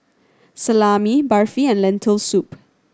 Salami Barfi and Lentil Soup